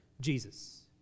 Jesus